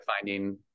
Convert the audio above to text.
finding